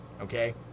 Okay